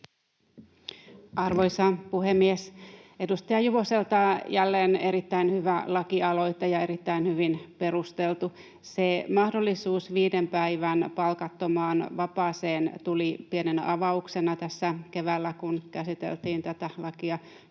Arvoisa puhemies! Edustaja Juvoselta jälleen erittäin hyvä ja erittäin hyvin perusteltu lakialoite. Se mahdollisuus viiden päivän palkattomaan vapaaseen tuli pienenä avauksena tässä keväällä, kun käsiteltiin tätä lakia,